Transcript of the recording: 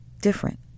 different